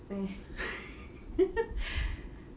meh